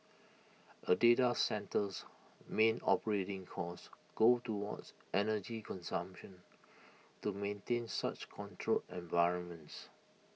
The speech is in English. A data centre's main operating costs go towards energy consumption to maintain such controlled environments